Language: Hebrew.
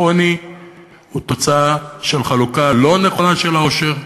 עוני הוא תוצאה של חלוקה לא נכונה של העושר,